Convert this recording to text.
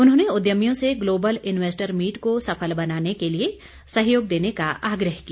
उन्होंने उद्यमियों से ग्लोबल इन्वेस्टर मीट को सफल बनाने के लिए सहयोग देने का आग्रह किया